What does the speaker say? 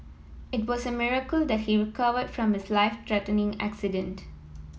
it was a miracle that he recovered from his life threatening accident